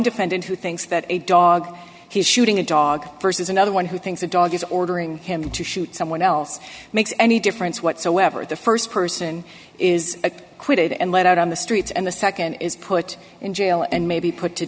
defendant who thinks that a dog he's shooting a dog versus another one who thinks the dog is ordering him to shoot someone else makes any difference whatsoever the st person is quoted and let out on the street and the nd is put in jail and maybe put to